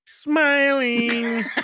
Smiling